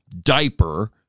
diaper